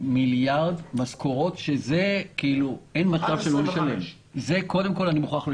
מיליארד שקל למשכורות, שאין מצב שלא נשלם,